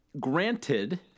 Granted